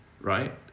right